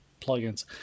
plugins